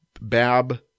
Bab